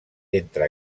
entre